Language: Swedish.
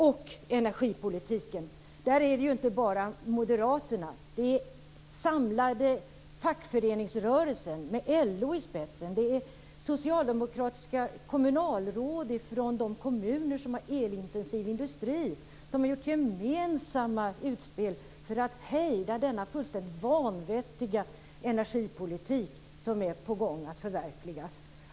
I fråga om energipolitiken är det inte bara moderaterna, det är den samlade fackföreningsrörelsen med LO i spetsen och det är socialdemokratiska kommunalråd från de kommuner som har elintensiv industri som har gjort gemensamma utspel för att hejda denna fullständigt vanvettiga energipolitik som är på väg att förverkligas.